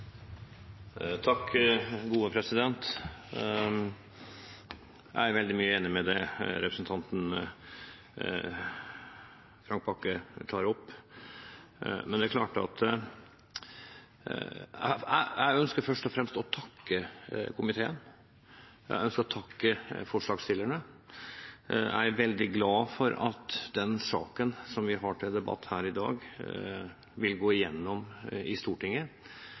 veldig mye enig i det representanten Frank Bakke-Jensen tar opp. Jeg ønsker først og fremst å takke komiteen og takke forslagsstillerne. Jeg er veldig glad for at den saken som vi har til debatt her i dag, vil gå igjennom i Stortinget,